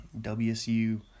WSU